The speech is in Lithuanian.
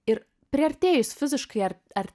ir priartėjus fiziškai ar ar